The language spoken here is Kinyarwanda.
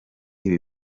ibi